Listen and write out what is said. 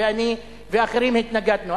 ואני ואחרים התנגדנו,